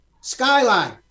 Skyline